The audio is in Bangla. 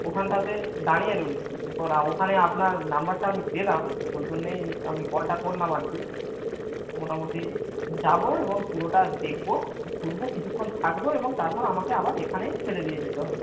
ওখানটাতে দাঁড়িয়ে রয়েছি এরপর আও ওখানে আপনার নম্বরটা আমি পেলাম ওই জন্যই আমি কলটা করলাম আর কি মোটামুটি যাবো এবং পুরোটা দেখবো ঘুরবো কিছুক্ষণ থাকবো এবং তারপর আমাকে আবার এখানেই ছেড়ে দিয়ে যেতে হবে